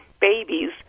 babies